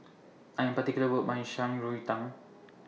I Am particular about My Shan Rui Tang